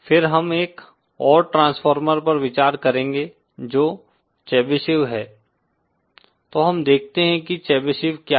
फिर हम एक और ट्रांसफार्मर पर विचार करेंगे जो चेबीशेव है तो हम देखते हैं कि चेबीशेव क्या है